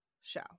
show